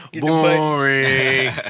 Boring